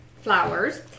flowers